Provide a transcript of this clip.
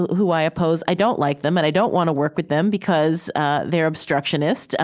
who i oppose, i don't like them and i don't want to work with them because ah they're obstructionist,